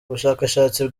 ubushakashatsi